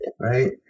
Right